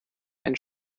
ein